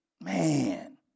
Man